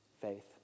Faith